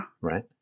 Right